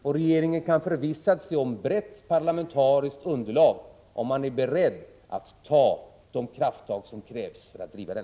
Och regeringen kan förvissa sig om ett parlamentariskt underlag om man är beredd att ta de krafttag som krävs för att driva den.